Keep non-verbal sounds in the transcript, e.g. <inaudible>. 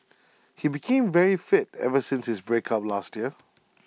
<noise> he became very fit ever since his breakup last year